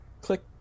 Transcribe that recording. click